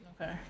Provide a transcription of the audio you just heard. Okay